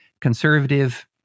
conservative